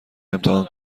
امتحان